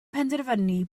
penderfynu